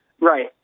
right